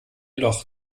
loch